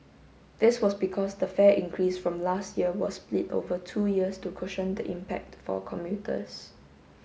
this was because the fare increase from last year was split over two years to cushion the impact for commuters